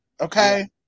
Okay